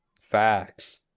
Facts